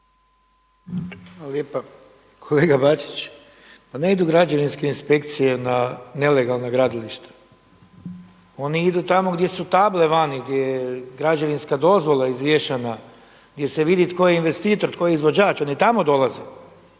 Hvala lijepa. Kolega Bačić, pa ne idu građevinske inspekcije na nelegalna gradilišta, oni idu tamo gdje su table vani, gdje je građevinska dozvola izvješena, gdje se vidi tko je investitor, tko je izvođač, oni tamo dolaze.